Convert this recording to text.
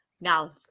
Now